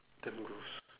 damn gross